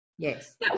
Yes